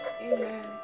Amen